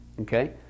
Okay